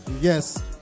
Yes